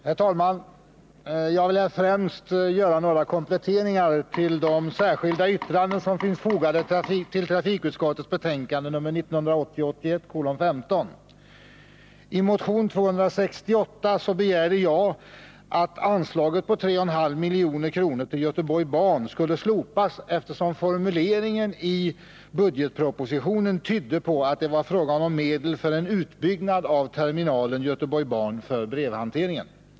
Herr talman! Jag vill främst göra några kompletteringar till de särskilda yttranden som finns fogade till trafikutskottets betänkande 1980/81:15. I motion 268 begärde jag att anslaget på 3,5 milj.kr. till Göteborg Ban skulle slopas, eftersom formuleringen i budgetpropositionen tyder på att det är fråga om medel för en utbyggnad av terminalen Göteborg Ban för brevhanteringen.